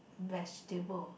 vegetable